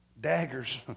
daggers